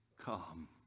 come